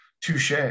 touche